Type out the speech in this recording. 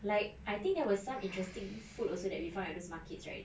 like I think there was some interesting food also that we find at those markets right